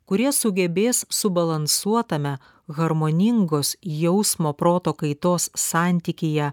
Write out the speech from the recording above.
kurie sugebės subalansuotame harmoningos jausmo proto kaitos santykyje